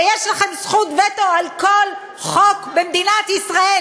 ויש לכם זכות וטו על כל חוק במדינת ישראל.